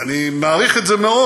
אני מעריך את זה מאוד.